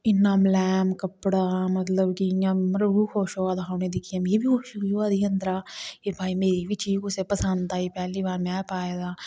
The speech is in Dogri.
इन्ना मलैम कपड़ा मतलब कि इयां रुह खुश होआ दा उनेंगी दिक्खियै मिं बी खुशी होआ दी ही अंदरा कि भाई मेरी बी चीज कुसै गी पसंद आई पैहली बार में पाए दा